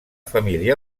família